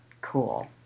cool